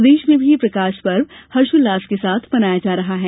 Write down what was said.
प्रदेश में भी प्रकाश पर्व हर्षोल्लास के साथ मनाया जा रहा है